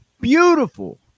beautiful